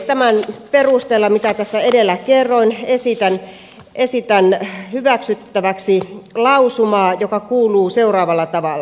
tämän perusteella mitä tässä edellä kerroin esitän hyväksyttäväksi lausumaa joka kuuluu seuraavalla tavalla